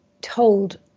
told